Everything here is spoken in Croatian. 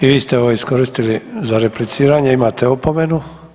I vi ste ovo iskoristili za repliciranje, imate opomenu.